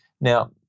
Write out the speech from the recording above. Now